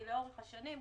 כי לאורך השנים,